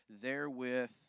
therewith